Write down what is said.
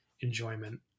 enjoyment